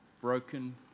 broken